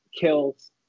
kills